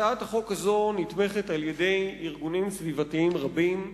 הצעת החוק הזאת נתמכת על-ידי ארגונים סביבתיים רבים,